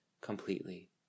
completely